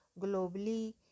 globally